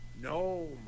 No